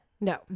no